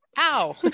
Ow